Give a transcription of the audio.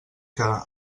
que